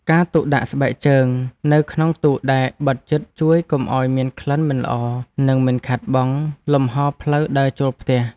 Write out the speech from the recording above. ការទុកដាក់ស្បែកជើងនៅក្នុងទូដែលបិទជិតជួយកុំឱ្យមានក្លិនមិនល្អនិងមិនខាតបង់លំហរផ្លូវដើរចូលផ្ទះ។